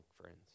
friends